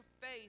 faith